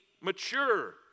mature